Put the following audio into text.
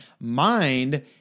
mind